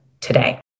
today